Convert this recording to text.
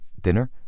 dinner